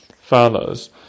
follows